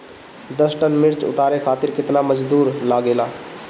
दस टन मिर्च उतारे खातीर केतना मजदुर लागेला?